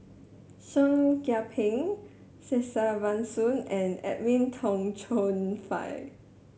Seah Kian Peng Kesavan Soon and Edwin Tong Chun Fai